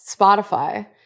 Spotify